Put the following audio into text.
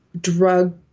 drug